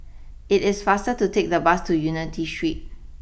it is faster to take the bus to Unity Street